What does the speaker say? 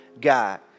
God